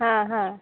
हा हा